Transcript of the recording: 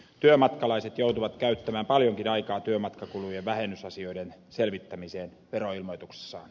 työmatkalaiset joutuvat käyttämään paljonkin aikaa työmatkakulujen vähennysasioiden selvittämiseen veroilmoituksessaan